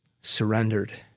surrendered